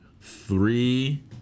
Three